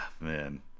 man